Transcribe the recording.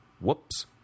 whoops